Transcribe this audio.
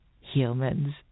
Humans